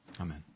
Amen